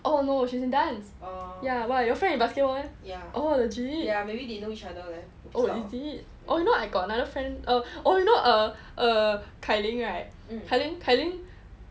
oh no she's in dance ya why your friend in basketball meh oh legit oh is it oh you know I got another friend oh oh you know uh uh kai ling right kai ling